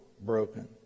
broken